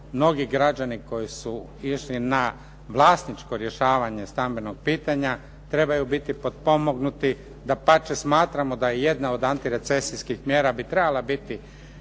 mnogi građani koji su išli na vlasničko rješavanje stambenog pitanja trebaju biti potpomognuti. Dapače, smatramo da jedna od antirecesijskih mjera bi trebala biti